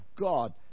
God